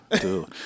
dude